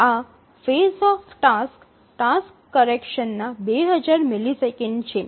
આ phase of task task correction ના ૨000 millisecond છે